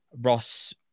Ross